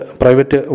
private